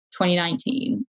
2019